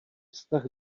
vztah